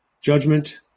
judgment